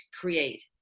create